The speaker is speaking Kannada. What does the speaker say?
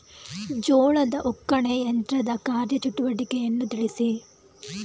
ಜೋಳದ ಒಕ್ಕಣೆ ಯಂತ್ರದ ಕಾರ್ಯ ಚಟುವಟಿಕೆಯನ್ನು ತಿಳಿಸಿ?